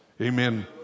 amen